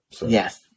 Yes